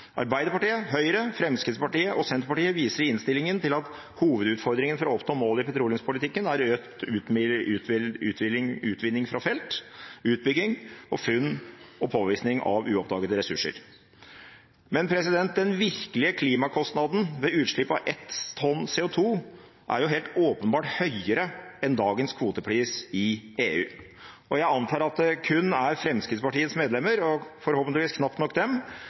Arbeiderpartiet, Høyre, Fremskrittspartiet og Senterpartiet viser i innstillingen til at hovedutfordringen for å oppnå målet i petroleumspolitikken er økt utvinning fra felt, utbygging og funn og påvisning av uoppdagede ressurser. Men den virkelige klimakostnaden ved utslipp av ett tonn CO2 er jo helt åpenbart høyere enn dagens kvotepris i EU, og jeg antar at det kun er Fremskrittspartiets medlemmer – og forhåpentligvis knapt nok dem